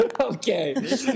Okay